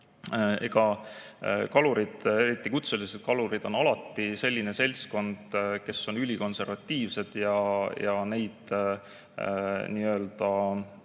siis kalurid, eriti kutselised kalurid, on alati selline seltskond, kes on ülikonservatiivsed. Neid nii-öelda